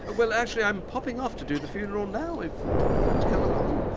well actually i'm popping off to do the funeral now, if you'd both like to come along?